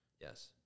Yes